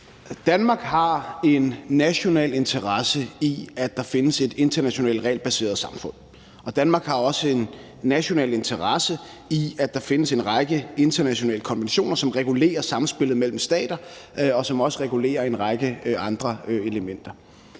Danmark har en national interesse i, at der findes et internationalt regelbaseret samfund, og Danmark har også en national interesse i, at der findes en række internationale konventioner, som regulerer samspillet mellem stater, og som også regulerer